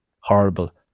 horrible